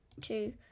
two